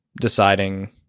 deciding